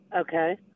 Okay